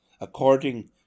according